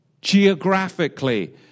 geographically